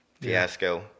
fiasco